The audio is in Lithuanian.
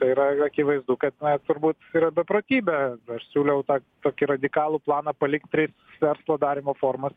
tai yra akivaizdu kad na turbūt yra beprotybė aš siūliau tą tokį radikalų planą palikt tris verslo darymo formas